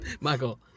Michael